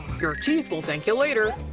your teeth will thank you later.